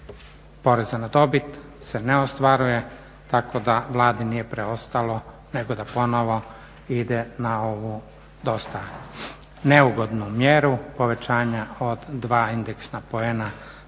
poreza na dobit se ne ostvaruje, tako da vladi nije preostalo nego da ponovo ide na ovu dosta neugodnu mjeru povećanja od dva indeksna poena